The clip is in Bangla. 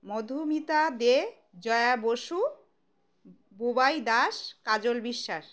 মধুমিতা দে জয়া বসু বুবাই দাস কাজল বিশ্বাস